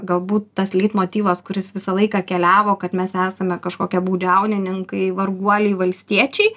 galbūt tas leitmotyvas kuris visą laiką keliavo kad mes esame kažkokie baudžiaunininkai varguoliai valstiečiai